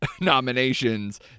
nominations